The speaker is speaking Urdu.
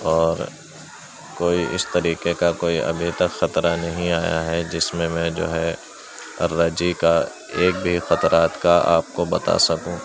اور کوئی اس طریقے کا کوئی ابھی تک خطرہ نہیں آیا ہے جس میں میں جو ہے الرجی کا ایک بھی خطرات کا آپ کو بتا سکوں